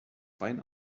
bein